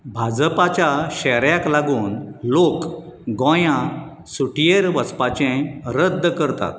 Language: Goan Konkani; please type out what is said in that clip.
भाजपाच्या शेऱ्याक लागून लोक गोंया सुटयेर वचपाचें रद्द करतात